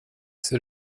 ser